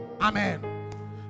amen